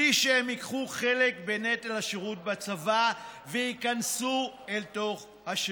והולך בלי שהם ייקחו חלק בנטל השירות בצבא וייכנסו אל תוך השירות.